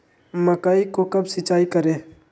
मकई को कब सिंचाई करे?